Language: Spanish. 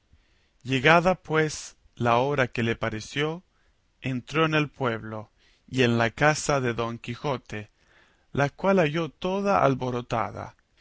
llegada pues la hora que le pareció entró en el pueblo y en la casa de don quijote la cual halló toda alborotada